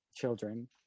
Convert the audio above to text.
children